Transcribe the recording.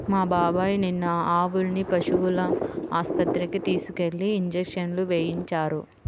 మా బాబాయ్ నిన్న ఆవుల్ని పశువుల ఆస్పత్రికి తీసుకెళ్ళి ఇంజక్షన్లు వేయించారు